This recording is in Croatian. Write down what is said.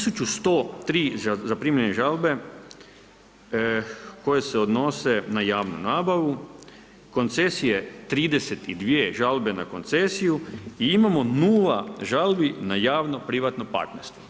1103 zaprimljene žalbe koje se odnose na javnu nabavu, koncesije 32 žalbe na koncesiju i imamo 0 žalbi na javno privatno partnerstvo.